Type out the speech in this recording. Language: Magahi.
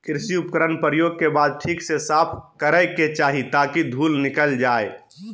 कृषि उपकरण प्रयोग के बाद ठीक से साफ करै के चाही ताकि धुल निकल जाय